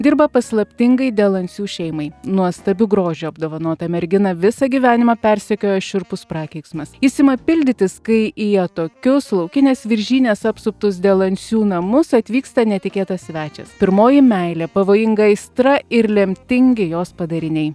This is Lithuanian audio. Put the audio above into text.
dirba paslaptingai delansių šeimai nuostabiu grožiu apdovanotą merginą visą gyvenimą persekioja šiurpus prakeiksmas jis ima pildytis kai į atokius laukinės viržynės apsuptus delansių namus atvyksta netikėtas svečias pirmoji meilė pavojinga aistra ir lemtingi jos padariniai